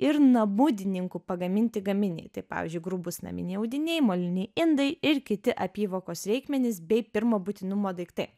ir namudininkų pagaminti gaminiai tai pavyzdžiui grubūs naminiai audiniai moliniai indai ir kiti apyvokos reikmenys bei pirmo būtinumo daiktai